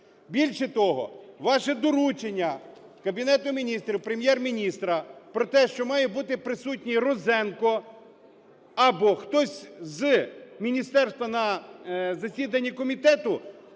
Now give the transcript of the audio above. Більше того, ваше доручення Кабінету Міністрів Прем'єр-міністра про те, що має бути присутній Розенко або хтось з міністерства на засіданні комітету,